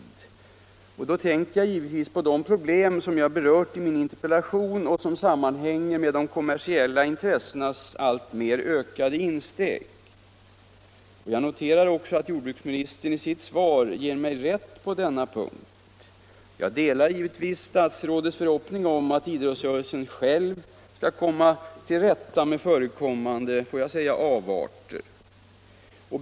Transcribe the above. Då tänker — kommersialisering jag givetvis på de problem som jag berört i min interpellation och som = av tävlingsidrott sammanhänger med de kommersiella intressenas alltmer ökande insteg. Jag noterar också att jordbruksministern i sitt svar ger mig rätt på denna punkt. Jag delar naturligtvis statsrådets förhoppning om att idrottsrörelsen själv skall kunna komma till rätta med förekommande avarter.